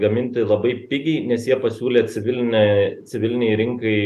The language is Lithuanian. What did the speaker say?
gaminti labai pigiai nes jie pasiūlė civiline civilinei rinkai